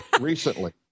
Recently